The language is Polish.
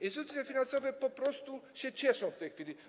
Instytucje finansowe po prostu się cieszą w tej chwili.